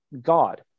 God